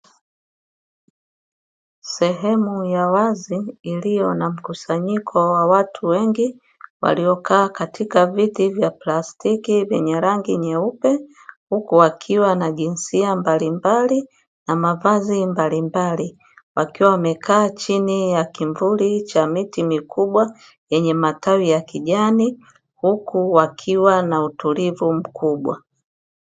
Sehemu ya wazi, iliyo na mkusanyiko wa watu wengi waliokaa katika viti vya plastiki vyenye rangi nyeupe, huku wakiwa na jinsia mbalimbali na mavazi mbalimbali, wakiwa wamekaa chini ya kivuli cha miti mikubwa yenye matawi ya kijani, huku wakiwa na utulivu mkubwa.